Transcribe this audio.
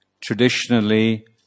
Traditionally